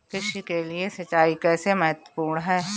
कृषि के लिए सिंचाई कैसे महत्वपूर्ण है?